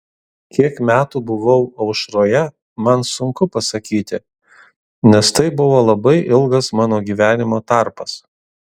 kiek metų buvau aušroje man sunku pasakyti nes tai buvo labai ilgas mano gyvenimo tarpas